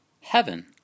Heaven